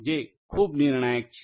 જે ખૂબ નિર્ણાયક છે